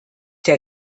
der